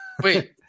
wait